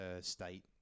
state